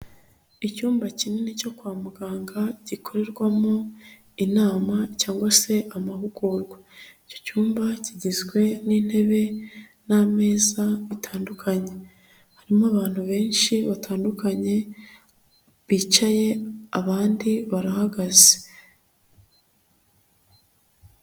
Icyumba kinini cyo kwa muganga gikorerwamo inama cyangwa se amahugurwa. Icyo cyumba kigizwe n'intebe n'ameza bitandukanye. Harimo abantu benshi batandukanye bicaye, abandi barahagaze.